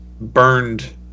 burned